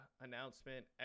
announcement